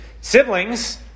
siblings